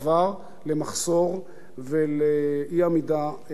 למחסור ולאי-עמידה ביעדים.